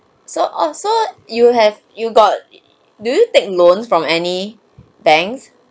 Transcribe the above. so oh so you will have you got do you take loans from any banks